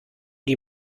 die